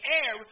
air